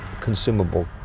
consumable